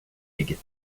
league